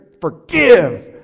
forgive